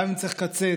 גם אם צריך לקצץ,